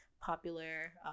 popular